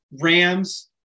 Rams